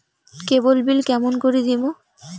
কেবল bill কেমন করি দিম?